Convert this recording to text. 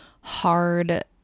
hard